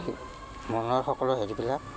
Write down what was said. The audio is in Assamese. মনৰ সকলো হেৰিবিলাক